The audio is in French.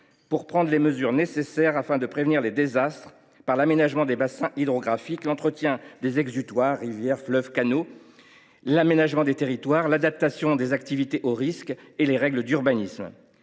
pour prendre les mesures nécessaires pour prévenir les désastres : aménagement des bassins hydrographiques, entretien des exutoires – rivières, fleuves, canaux –, aménagement des territoires, adaptation des activités au risque, et règles d’urbanisme.